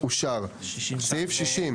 60,